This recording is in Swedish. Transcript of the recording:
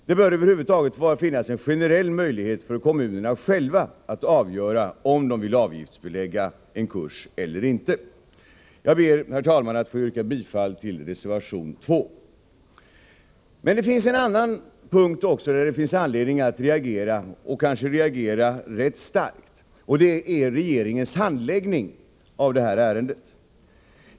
Det bör över huvud taget finnas en generell möjlighet för kommunerna själva att avgöra om de vill avgiftsbelägga en kurs eller inte. Jag ber, herr talman, att få yrka bifall till reservation 2. Men även på en annan punkt finns det anledning att reagera — och kanske att reagera rätt starkt. Det gäller regeringens handläggning av detta ärende.